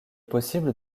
possible